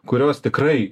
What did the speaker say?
kurios tikrai